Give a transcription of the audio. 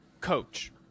coach